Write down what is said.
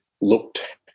looked